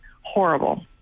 horrible